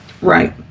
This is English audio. Right